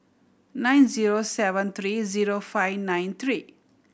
nine zero seven three zero five nine three